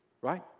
Right